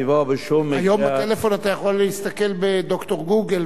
היום בטלפון אתה יכול להסתכל בד"ר גוגל ולקבל